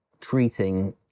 treating